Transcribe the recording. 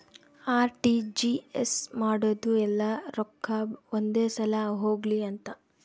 RTGS ಮಾಡೋದು ಯೆಲ್ಲ ರೊಕ್ಕ ಒಂದೆ ಸಲ ಹೊಗ್ಲಿ ಅಂತ